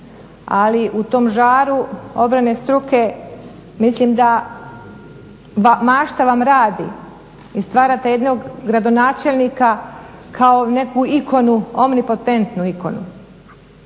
ali u tom žaru obrane struke mislim da mašta vam radi. Stvarate jednog gradonačelnika kao nekakvu ikonu, omnipotentnu ikonu.